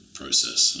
process